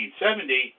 1970